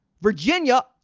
Virginia